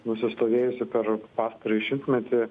nusistovėjusi per pastarąjį šimtmetį